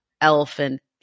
elephant